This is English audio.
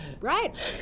Right